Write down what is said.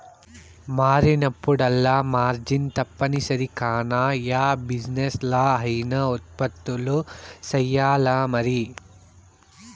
మారినప్పుడల్లా మార్జిన్ తప్పనిసరి కాన, యా బిజినెస్లా అయినా ఉత్పత్తులు సెయ్యాల్లమరి